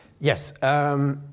Yes